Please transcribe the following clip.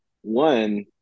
one